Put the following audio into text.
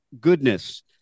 goodness